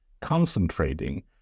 concentrating